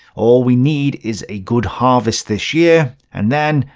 all we need is a good harvest this year. and then,